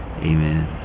amen